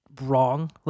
wrong